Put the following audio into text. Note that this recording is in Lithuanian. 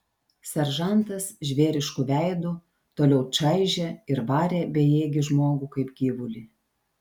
seržantas žvėrišku veidu toliau čaižė ir varė bejėgį žmogų kaip gyvulį